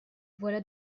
voilà